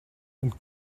und